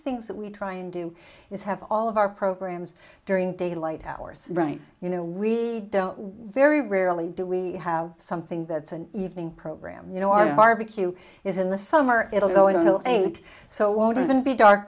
things that we try and do is have all of our programs during daylight hours right you know we don't very rarely do we have something that's an evening program you know our barbecue is in the summer it'll go i don't know eight so it won't even be dark